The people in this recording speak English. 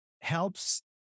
helps